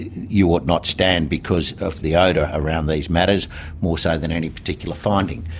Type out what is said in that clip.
you ought not stand because of the odour around these matters more so than any particular finding.